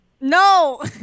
No